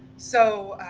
so,